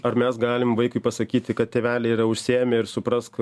ar mes galim vaikui pasakyti kad tėveliai yra užsiėmę ir suprask